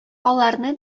аларны